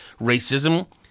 racism